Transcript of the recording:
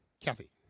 Kathy